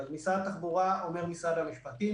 אז משרד התחבורה אומר משרד המשפטים,